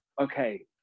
okay